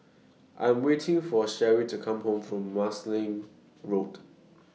I Am waiting For Sheree to Come Home from Marsiling Road